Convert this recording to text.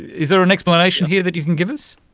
is there an explanation here that you can give us?